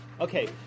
Okay